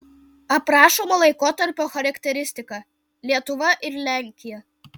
aprašomo laikotarpio charakteristika lietuva ir lenkija